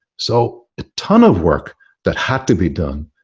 so a ton of work that had to be done,